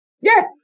Yes